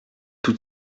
tout